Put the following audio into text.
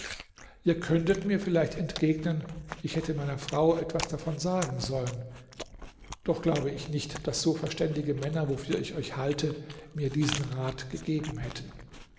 ihr könntet mir vielleicht entgegnen ich hätte meiner frau etwas davon sagen sollen doch glaube ich nicht daß so verständige männer wofür ich euch halte mir diesen rat gegeben hätten